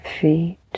feet